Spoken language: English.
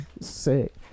sick